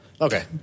Okay